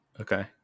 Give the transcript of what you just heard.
okay